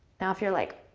now, if you're like,